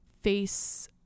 face